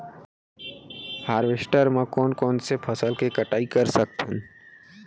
Harvester म कोन कोन से फसल के कटाई कर सकथन?